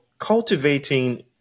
Cultivating